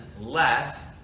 less